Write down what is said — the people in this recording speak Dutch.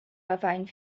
ravijn